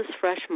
fresh